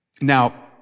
Now